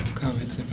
comments, if